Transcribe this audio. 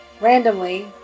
randomly